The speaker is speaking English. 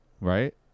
Right